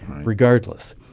regardless